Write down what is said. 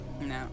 No